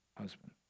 husband